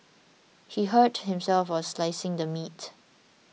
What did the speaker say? he hurt himself while slicing the meat